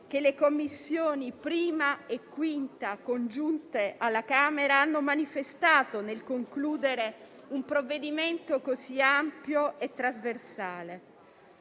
che le Commissioni I e V riunite alla Camera hanno manifestato nel concludere un provvedimento così ampio e trasversale.